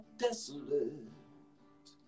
desolate